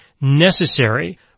necessary